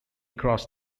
crossed